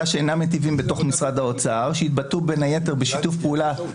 שאינם מיטיבים בתוך משרד האוצר שהתבטאו בין היתר בשיתוף פעולה.